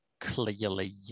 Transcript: clearly